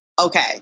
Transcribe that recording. okay